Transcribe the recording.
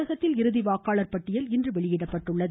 தமிழகத்தில் இறுதி வாக்காளர் பட்டியல் இன்று வெளியிடப்பட்டது